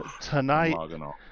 Tonight